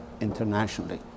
internationally